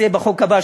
זה יהיה בחוק הבא,